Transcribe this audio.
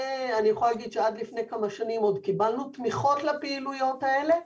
עד לפני כמה שנים עוד קיבלנו תמיכות לפעילויות האלה,